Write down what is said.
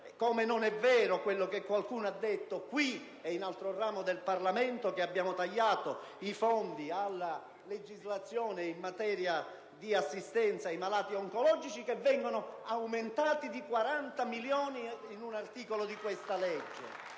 come non è vero quello che qualcuno ha detto qui e nell'altro ramo del Parlamento, che abbiamo tagliato i fondi alla legislazione in materia di assistenza ai malati oncologici, che vengono aumentati di 40 milioni in un articolo di questa legge,